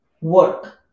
work